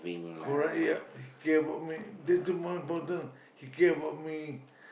correct ya he care about me that's the more important he care about me